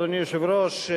אדוני היושב-ראש,